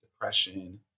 depression